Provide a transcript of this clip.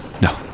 No